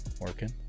Working